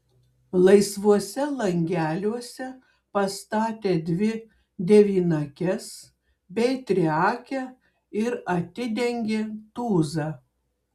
laisvuose langeliuose pastatė dvi devynakes bei triakę ir atidengė tūzą